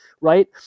right